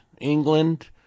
England